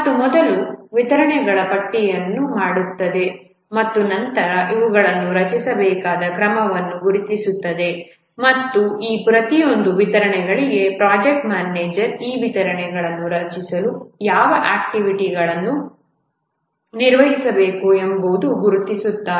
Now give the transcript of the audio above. ಮತ್ತು ಮೊದಲು ವಿತರಣೆಗಳ ಪಟ್ಟಿಯನ್ನು ಮಾಡುತ್ತದೆ ಮತ್ತು ನಂತರ ಇವುಗಳನ್ನು ರಚಿಸಬೇಕಾದ ಕ್ರಮವನ್ನು ಗುರುತಿಸುತ್ತದೆ ಮತ್ತು ಈ ಪ್ರತಿಯೊಂದು ವಿತರಣೆಗಳಿಗೆ ಪ್ರಾಜೆಕ್ಟ್ ಮ್ಯಾನೇಜರ್ ಈ ವಿತರಣೆಗಳನ್ನು ರಚಿಸಲು ಯಾವ ಆಕ್ಟಿವಿಟಿಗಳನ್ನು ನಿರ್ವಹಿಸಬೇಕು ಎಂಬುದನ್ನು ಗುರುತಿಸುತ್ತಾರೆ